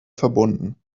verbunden